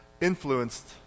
influenced